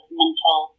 mental